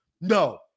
No